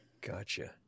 Gotcha